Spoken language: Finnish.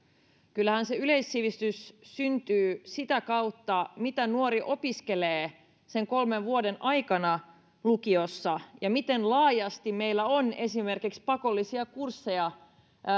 kyllähän se yleissivistys syntyy sitä kautta mitä nuori opiskelee sen kolmen vuoden aikana lukiossa ja miten laajasti meillä on esimerkiksi pakollisia kursseja